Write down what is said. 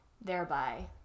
Thereby